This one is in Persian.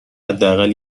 حداقل